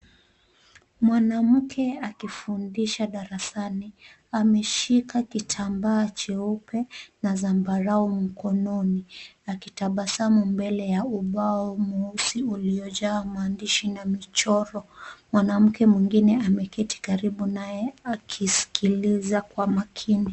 Mwanamke akifundisha darasani. Ameshika kitambaa cheupe na zambarau mkononi akitabasamu mbele ya ubao mweusi uliojaa maandishi na michoro. Mwanamke mwingine ameketi karibu naye akisikiliza kwa makini.